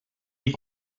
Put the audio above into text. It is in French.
est